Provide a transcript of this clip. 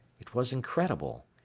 it was incredible.